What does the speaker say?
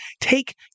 take